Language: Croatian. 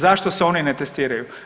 Zašto se oni ne testiraju?